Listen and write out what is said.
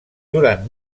durant